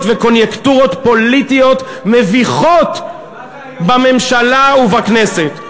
וקוניונקטורות פוליטיות מביכות בממשלה ובכנסת.